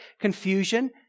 Confusion